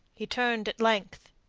he turned at length,